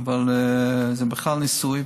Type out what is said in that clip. אבל זה בכלל ניסוי,